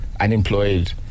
Unemployed